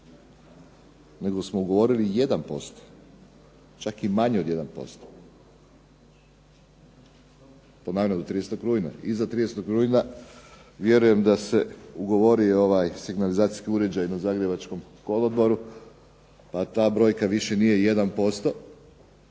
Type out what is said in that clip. nego smo ugovorili 1%, čak i manje od 1%. Ponavljam do 30. rujna. Iza 30. rujna vjerujem da se ugovori signalizacijski uređaj na zagrebačkom kolodvoru, pa ta brojka više nije 1%,